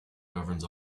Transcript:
governs